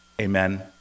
Amen